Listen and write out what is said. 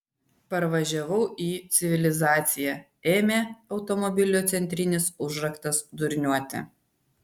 parvažiavau į civilizaciją ėmė automobilio centrinis užraktas durniuoti